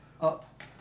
up